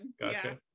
gotcha